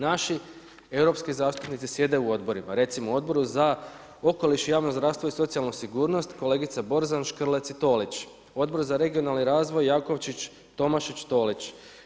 Naši europski zastupnici sjede u odborima, recimo, Odboru za okoliš i javno zdravstvo i socijalnu sigurnost, kolegica Borzan, Škrlec i Tolić, Odbor za regionalni razvoj Jakovčić, Tomašić, Tolić.